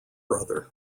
brother